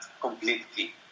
completely